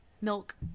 milk